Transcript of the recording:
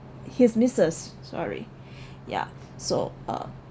his missus sorry ya so uh